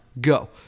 Go